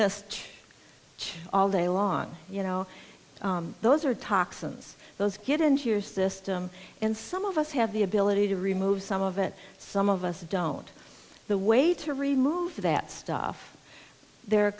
this all day long you know those are toxins those get into your system and some of us have the ability to remove some of it some of us don't the way to remove that stuff there a